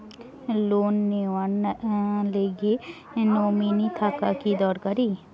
Loan নেওয়ার গেলে nominee থাকা কি দরকারী?